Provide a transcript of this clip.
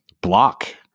block